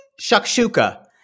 shakshuka